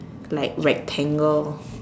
like rectangle